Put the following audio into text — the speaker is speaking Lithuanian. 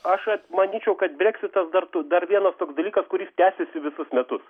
aš manyčiau kad breksitas dart dar vienas toks dalykas kuris tęsėsi visus metus